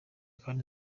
kane